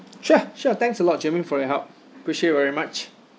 sure sure thanks a lot germaine for your help appreciate very much